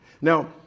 now